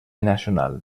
nacional